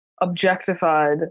objectified